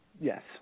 Yes